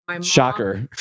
Shocker